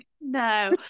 no